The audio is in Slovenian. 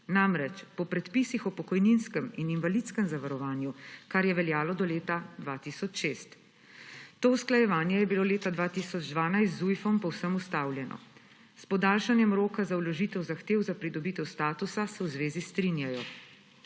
namreč po predpisih o pokojninskem in invalidskem zavarovanju, kar je veljalo do leta 2006. To usklajevanje je bilo leta 2012 z Zujfom povsem ustavljeno. S podaljšanjem roka za vložitev zahtev za pridobitev statusa, se v zvezi strinjajo.